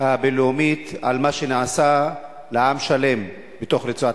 הבין-לאומית על מה שנעשה לעם שלם בתוך רצועת-עזה.